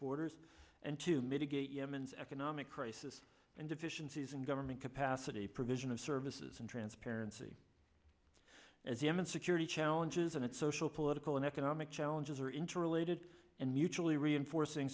borders and to mitigate yemen's economic crisis and deficiencies in government capacity provision of services and transparency as yemen security challenges and its social political and economic challenges are interrelated and mutually reinforcing